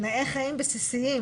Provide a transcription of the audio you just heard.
תנאיי חיים בסיסיים.